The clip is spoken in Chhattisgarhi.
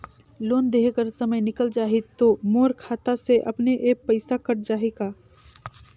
लोन देहे कर समय निकल जाही तो मोर खाता से अपने एप्प पइसा कट जाही का?